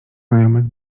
znajomych